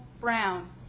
Brown